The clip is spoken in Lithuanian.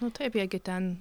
nu taip jie gi ten